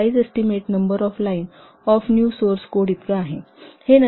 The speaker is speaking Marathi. size estimate number of line of new source code इतका असतो